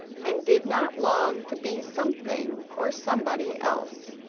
and did not long to be something or somebody else.